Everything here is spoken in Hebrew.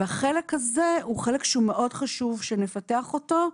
החלק הזה הוא חלק מאוד חשוב שנפתח אותו.